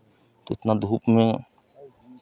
तो इतना धूप में